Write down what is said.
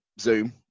Zoom